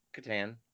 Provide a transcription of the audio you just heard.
Catan